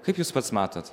kaip jūs pats matot